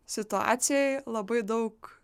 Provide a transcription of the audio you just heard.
situacijoj labai daug